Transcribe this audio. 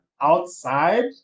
outside